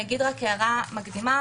הערה מקדימה